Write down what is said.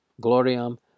gloriam